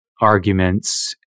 arguments